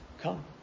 come